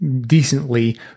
decently